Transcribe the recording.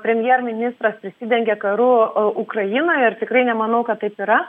premjerministras prisidengė karu ukrainoj ir tikrai nemanau kad taip yra